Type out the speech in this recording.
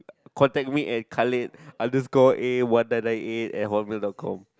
contact me at Khalid underscore eight one nine nine eight at hotmail dot com